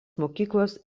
mokyklos